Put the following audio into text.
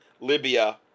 Libya